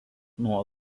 nuo